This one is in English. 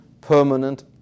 permanent